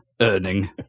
earning